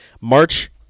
March